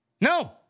No